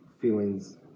feelings